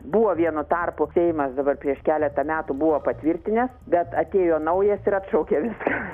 buvo vienu tarpu seimas dabar prieš keletą metų buvo patvirtinęs bet atėjo naujas ir atšaukė viską